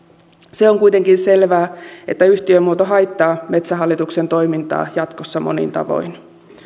se on kuitenkin selvää että yhtiömuoto haittaa metsähallituksen toimintaa jatkossa monin tavoin